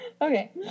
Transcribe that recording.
Okay